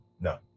No